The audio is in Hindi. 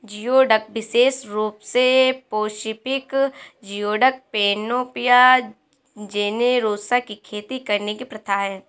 जियोडक विशेष रूप से पैसिफिक जियोडक, पैनोपिया जेनेरोसा की खेती करने की प्रथा है